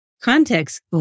context